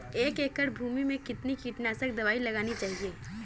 एक एकड़ भूमि में कितनी कीटनाशक दबाई लगानी चाहिए?